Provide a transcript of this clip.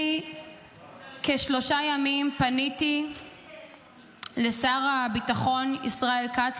לפני כשלושה ימים פניתי לשר הביטחון ישראל כץ